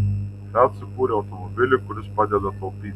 fiat sukūrė automobilį kuris padeda taupyti